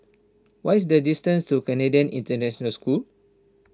what is the distance to Canadian International School